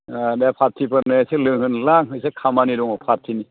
अ दे पार्टिफोरनो एसे लोंहोनोलै आं एसे खामानि दङ पार्टिनि